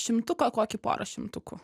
šimtuką kokį porą šimtukų